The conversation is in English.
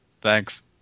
Thanks